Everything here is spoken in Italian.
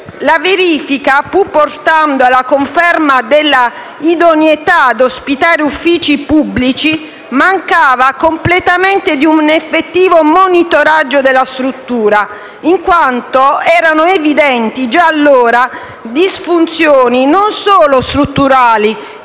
La verifica, pur portando ad una conferma dell'idoneità ad ospitare uffici pubblici, mancava completamente di un effettivo monitoraggio della struttura, in quanto erano evidenti, già allora, disfunzioni non solo strutturali